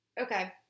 Okay